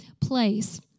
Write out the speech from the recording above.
place